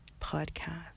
podcast